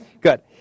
good